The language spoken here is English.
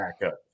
backup